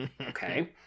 Okay